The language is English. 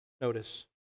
Notice